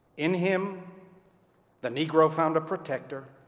in him the negro found a protector,